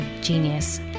genius